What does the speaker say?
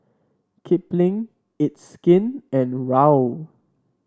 Kipling It's Skin and Raoul